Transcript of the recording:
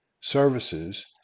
services